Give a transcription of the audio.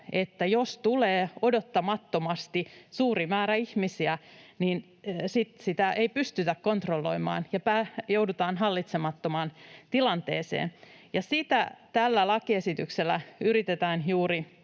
että jos tulee odottamattomasti suuri määrä ihmisiä, niin sitten sitä ei pystytä kontrolloimaan ja joudutaan hallitsemattomaan tilanteeseen. Ja sitä tällä lakiesityksellä yritetään juuri